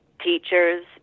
teachers